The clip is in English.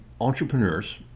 entrepreneurs